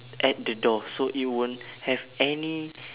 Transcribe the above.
at the door so it won't have any